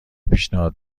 پیشنهاد